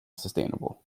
sustainable